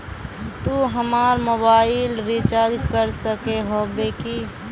तू हमर mobile recharge कर सके होबे की?